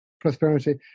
prosperity